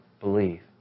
believe